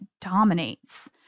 dominates